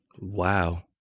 Wow